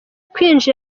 kwinjira